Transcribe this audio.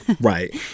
Right